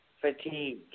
Fatigue